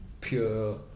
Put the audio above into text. pure